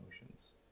emotions